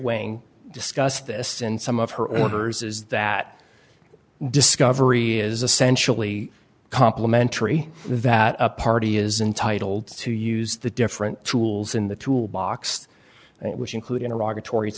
weighing discuss this and some of her orders is that discovery is essentially complimentary that a party is entitle to use the different tools in the tool box which include iraq or tories